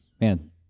Man